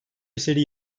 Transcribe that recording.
eseri